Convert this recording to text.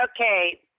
Okay